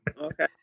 Okay